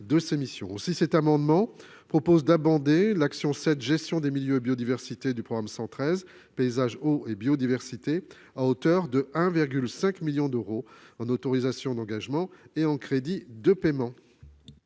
Aussi, cet amendement vise à abonder l'action n° 07 Gestion des milieux et biodiversité, du programme 113, « Paysage, eau et biodiversité », de 1,5 million d'euros en autorisations d'engagement et en crédits de paiement.